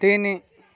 ତିନି